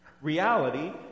Reality